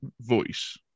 voice